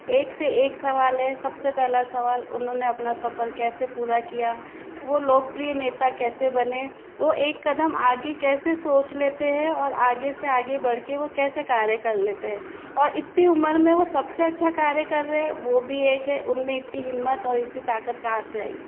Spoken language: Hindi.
एक से एक सवाल है सबसे पहला सवाल उन्होंने अपना सफर कैसे पूरा किया वो लोकप्रिय नेता कैसे बने वो एक कदम आगे कैसे सोच लेते हैं ओर आगे से आगे बढ़ कर वह कैसे कार्य कर लेते हैं ओर इतनी उम्र में वो सबसे अच्छा कार्य कर रहे है वह भी एक है उनमें इतनी हिम्मत और इतनी ताकत कहाँ से आई